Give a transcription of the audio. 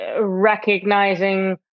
recognizing